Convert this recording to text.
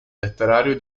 letterario